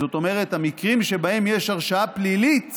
זאת אומרת, המקרים שבהם יש הרשעה פלילית